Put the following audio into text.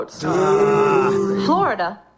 Florida